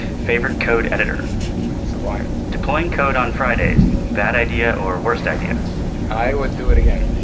favorite code editor sublime deploying code on fridays bad idea or worst idea i would do it again.